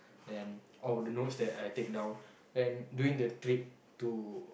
then all of the notes that I take down then during the trip to